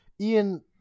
Ian